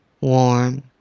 warm